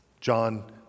John